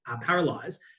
paralyzed